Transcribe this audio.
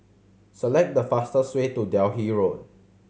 select the fastest way to Delhi Road